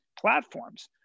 platforms